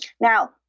Now